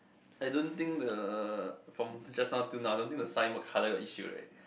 I don't think the from just now till now I don't think the sign what color got issue right